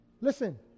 Listen